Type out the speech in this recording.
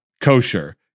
kosher